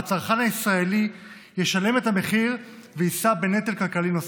והצרכן הישראלי ישלם את המחיר ויישא בנטל כלכלי נוסף.